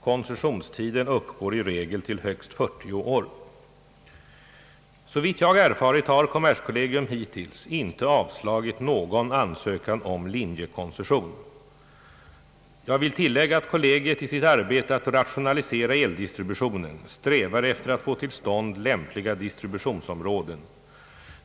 Koncessionstiden uppgår i regel till högst 40 år. Såvitt jag erfarit har kommerskollegium hittills inte avslagit någon ansökan om linjekoncession. Jag vill tilllägga att kollegiet i sitt arbete att rationalisera eldistributionen strävar efter att få till stånd lämpliga distributionsområden.